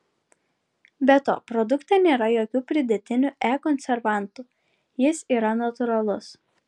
be to produkte nėra jokių pridėtinių e konservantų jis yra natūralus